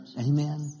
Amen